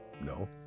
No